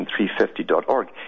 350.org